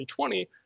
2020